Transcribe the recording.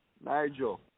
Nigel